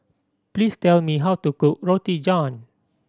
please tell me how to cook Roti John